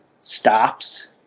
stops